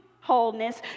wholeness